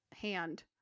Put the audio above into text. hand